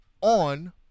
on